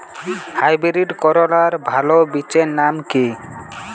Hybrid করলার ভালো বীজের নাম কি?